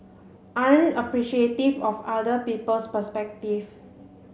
aren't appreciative of other people's perspective